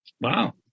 Wow